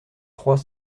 trois